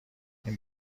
این